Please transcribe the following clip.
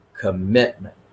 commitment